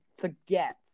forget